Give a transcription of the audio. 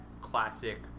classic